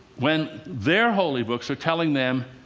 when their holy books are telling them,